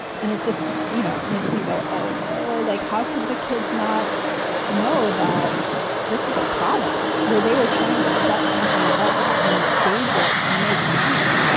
and it just, you know, makes me go, oh, no. like, how could the kids not know that this is a product where they were trying to set something up and stage it to make money?